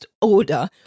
order